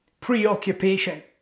preoccupation